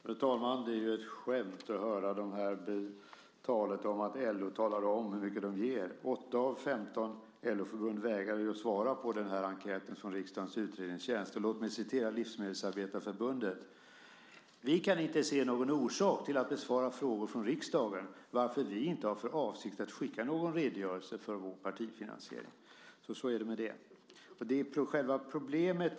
Fru talman! Det är ett skämt att höra talet om att LO talar om hur mycket man ger. 8 av 15 LO-förbund vägrar ju att svara på enkäten från riksdagens utredningstjänst. Låt mig citera Livsmedelsarbetarförbundet: "Vi kan inte se någon orsak till att besvara frågor från riksdagen, varför vi inte har för avsikt att skicka någon redogörelse." Så är det med det. Detta är själva problemet.